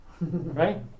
Right